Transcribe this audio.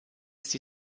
sie